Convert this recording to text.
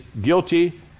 guilty